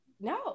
No